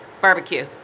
Barbecue